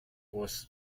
aus